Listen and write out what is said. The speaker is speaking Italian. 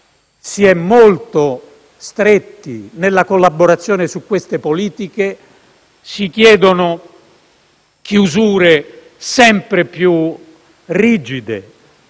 si è molto stretti nella collaborazione su tali politiche, si chiedano chiusure sempre più rigide